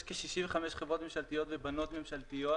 יש כ-65 חברות ממשלתיות וחברות בנות ממשלתיות